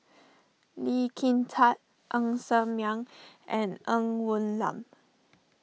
Lee Kin Tat Ng Ser Miang and Ng Woon Lam